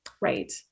Right